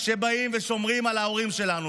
שבאים ושומרים על ההורים שלנו.